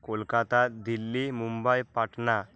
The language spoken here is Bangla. কলকাতা দিল্লি মুম্বাই পাটনা